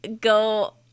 go